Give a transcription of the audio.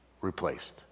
replaced